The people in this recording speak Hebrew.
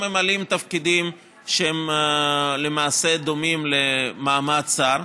ממלאים תפקידים שהם למעשה דומים למעמד שר.